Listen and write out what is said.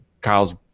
Kyle's